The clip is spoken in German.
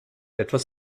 etwas